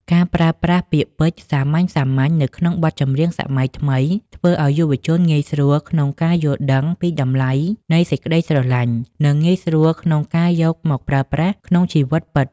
ការប្រើប្រាស់ពាក្យពេចន៍សាមញ្ញៗនៅក្នុងបទចម្រៀងសម័យថ្មី ធ្វើឱ្យយុវវ័យងាយស្រួលក្នុងការយល់ដឹងពីតម្លៃនៃសេចក្តីស្រឡាញ់ និងងាយស្រួលក្នុងការយកមកប្រើប្រាស់ក្នុងជីវិតពិត។